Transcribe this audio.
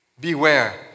Beware